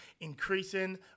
increasing